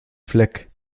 fleck